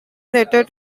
letter